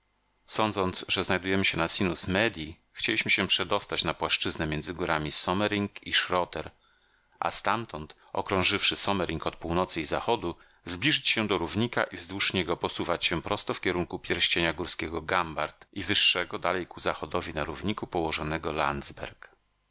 sądząc że się znajdujemy na sinus medii chcieliśmy się przedostać na płaszczyznę między górami sommering i schroter a stamtąd okrążywszy sommering od północy i zachodu zbliżyć się do równika i wzdłuż niego posuwać się prosto w kierunku pierścienia górskiego gambart i wyższego dalej ku zachodowi na równiku położonego